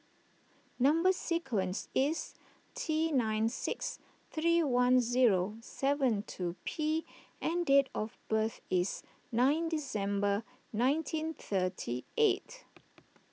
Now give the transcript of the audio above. Number Sequence is T nine six three one zero seven two P and date of birth is nine December nineteen thirty eight